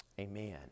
amen